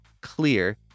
clear